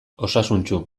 osasuntsu